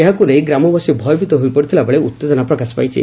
ଏହାକୁ ନେଇ ଗ୍ରାମବାସୀ ଭୟଭୀତ ହୋଇପଡ଼ିଥିଲାବେଳେ ଉତ୍ତେକନା ପ୍ରକାଶ ପାଇଛି